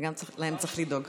וגם להן צריך לדאוג.